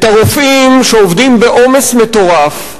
את הרופאים שעובדים בעומס מטורף,